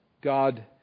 God